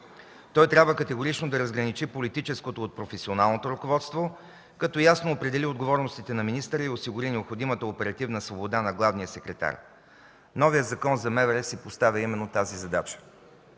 Той трябва категорично да разграничи политическото от професионалното ръководство, като ясно определи отговорностите на министъра и осигури необходимата оперативна свобода на главния секретар. Новият Закон за МВР си поставя именно тази задача.